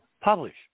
publish